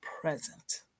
present